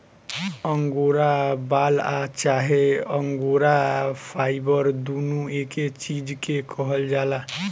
angora बाल आ चाहे अंगोरा फाइबर दुनो एके चीज के कहल जाला